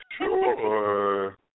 Sure